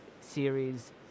series